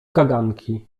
kaganki